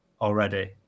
already